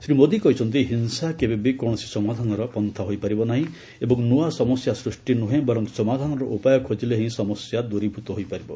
ଶ୍ରୀ ମୋଦି କହିଛନ୍ତି ହିଂସା କେବେବି କୌଣସି ସମାଧାନର ପନ୍ଥା ହୋଇପାରିବ ନାହିଁ ଏବଂ ନୂଆ ସମସ୍ୟା ସୃଷ୍ଟି ନ୍ଦ୍ରହେଁ ବରଂ ସମାଧାନର ଉପାୟ ଖେଜିଲେ ହିଁ ସମସ୍ୟା ଦ୍ରୀଭୃତ ହୋଇପାରିବ